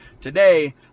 Today